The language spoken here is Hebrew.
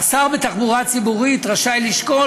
בתחבורה ציבורית השר רשאי לשקול.